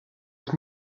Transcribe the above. ich